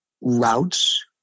routes